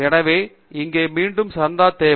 எனவே இங்கே மீண்டும் சந்தா தேவை